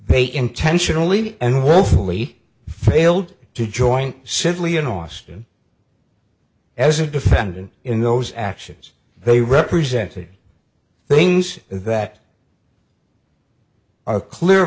they intentionally and more fully failed to join simply in austin as a defendant in those actions they represented things that are clear